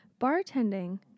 bartending